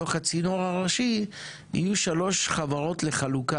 מתוך הצינור הראשי יהיו שלוש חברות לחלוקה,